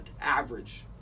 Average